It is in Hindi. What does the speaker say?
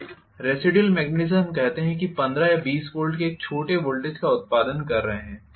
रेसिडुयल मॅगनेटिज़म हम कहते हैं कि 15 या 20 वोल्ट के एक छोटे वोल्टेज का उत्पादन कर रहे हैं